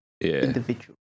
individual